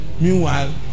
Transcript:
Meanwhile